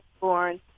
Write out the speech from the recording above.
born